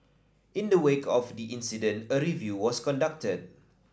in the wake of the incident a review was conducted